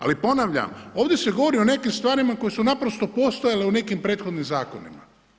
Ali ponavljam, ovdje se govori o nekim stvarima koje su postojale u nekim prethodnim zakonima.